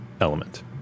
element